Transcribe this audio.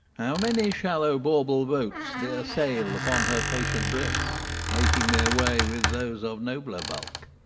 how many shallow bauble boats dare sail upon her patient breast, making their way with those of nobler bulk!